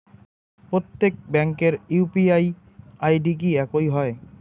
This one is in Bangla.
প্রত্যেক ব্যাংকের ইউ.পি.আই আই.ডি কি একই হয়?